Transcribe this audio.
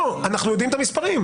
אנחנו יודעים את המספרים.